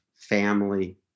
family